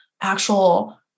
actual